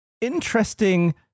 interesting